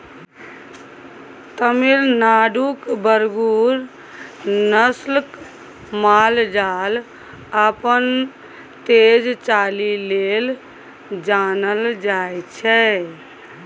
तमिलनाडुक बरगुर नस्लक माल जाल अपन तेज चालि लेल जानल जाइ छै